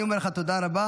אני אומר לך תודה רבה.